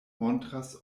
montras